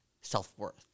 self-worth